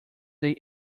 they